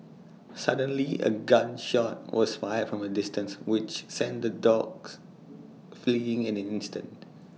suddenly A gun shot was fired from A distance which sent the dogs fleeing in an instant